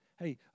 Hey